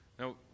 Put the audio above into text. Now